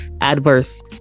adverse